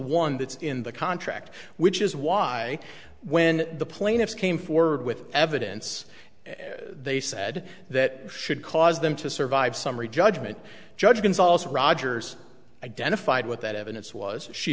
one that's in the contract which is why when the plaintiffs came forward with evidence they said that should cause them to survive summary judgment judge gonzales rogers identified what that evidence was she